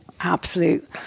absolute